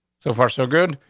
so far, so good.